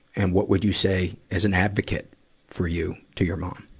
and what would you say as an advocate for you to your mom?